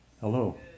Hello